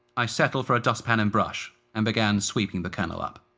i settled for a dustpan and brush and began sweeping the colonel up.